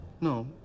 no